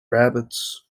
rabbits